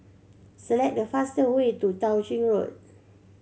select the fastest way to Tao Ching Road